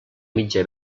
mitja